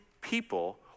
people